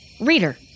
Reader